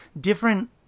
different